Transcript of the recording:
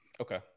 Okay